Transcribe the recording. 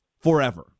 forever